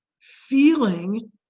feeling